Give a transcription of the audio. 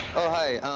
oh hi.